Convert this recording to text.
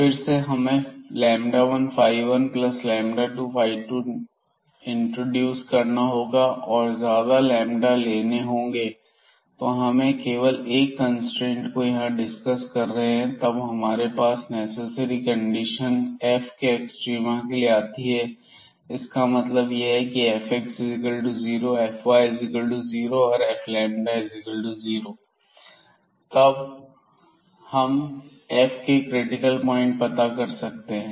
फिर से हमें 1 12 2 इंट्रोड्यूस करना होगा और ज्यादा लैंबदा लेने होंगे तो हम केवल एक कंस्ट्रेंट को यहां डिस्कस कर रहे हैं और तब हमारे पास नेसेसरी कंडीशन f के एक्सट्रीमा के लिए आती है इसका मतलब है की Fx0 Fy0 और F0 t हम f के क्रिटिकल प्वाइंट पता कर सकते हैं